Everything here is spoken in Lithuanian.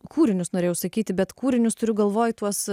kūrinius norėjau sakyti bet kūrinius turiu galvoj tuos